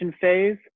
phase